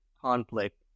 conflict